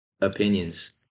opinions